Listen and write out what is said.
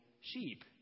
sheep